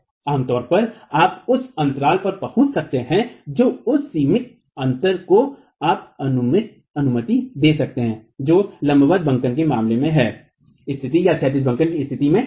आम तौर पर आप उस अंतराल पर पहुंच सकते हैं जो उस सीमित अंतर को आप अनुमति दे सकते हैं जो लंबवत बंकन के मामले में है स्थिति या क्षैतिज बंकन की स्थिति में है